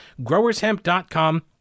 growershemp.com